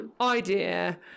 idea